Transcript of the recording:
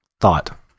thought